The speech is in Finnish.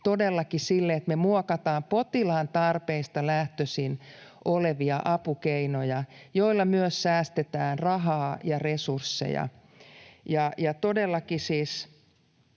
todellakin sille, että me muokataan potilaan tarpeista lähtöisin olevia apukeinoja, joilla myös säästetään rahaa ja resursseja. Todellakin siis